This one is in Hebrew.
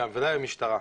ודאי המשטרה.